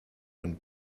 und